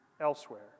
elsewhere